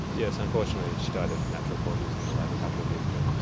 yes, unfortunately she died of natural causes in the lab a couple of years ago.